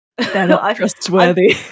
trustworthy